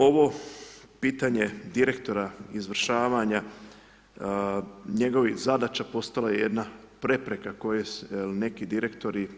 Ovo pitanje direktora izvršavanja njegovih zadaća, postalo je jedna prepreka koje neki direktori